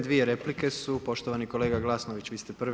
Dvije replike su, poštovani kolega Glasnović vi ste prvi.